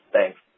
Thanks